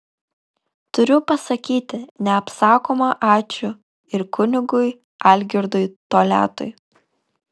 turiu pasakyti neapsakoma ačiū ir kunigui algirdui toliatui